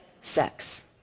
sex